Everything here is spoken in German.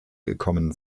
gekommen